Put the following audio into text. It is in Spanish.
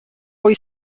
hoy